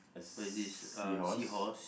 what is this uh seahorse